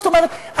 זאת אומרת,